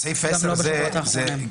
סעיף 10 מדבר על גזם?